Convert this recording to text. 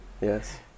Yes